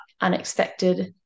unexpected